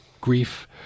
grief